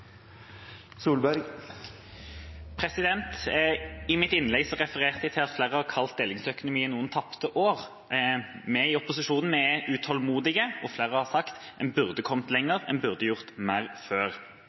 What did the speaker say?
I mitt innlegg refererte jeg til at flere har kalt tiden med delingsøkonomi noen «tapte år». Vi i opposisjonen er utålmodige, og flere har sagt at en burde ha kommet lenger, en burde ha gjort mer før.